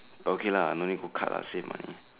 okay lah don't need go cut lah save money